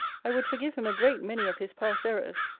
i would forgive him a great many of his past errors,